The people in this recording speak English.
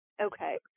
Okay